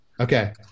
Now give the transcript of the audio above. Okay